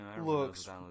looks